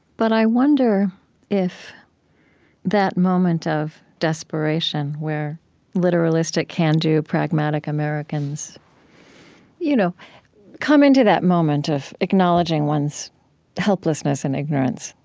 but i wonder if that moment of desperation where literalistic, can-do, pragmatic americans you know come into that moment of acknowledging one's helplessness and ignorance,